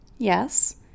Yes